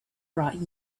brought